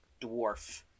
dwarf